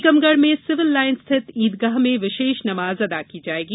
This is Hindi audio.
टीकमगढ़ में सिविल लाइन स्थित ईदगाह में विशेष नमाज़ अदा की जाएगी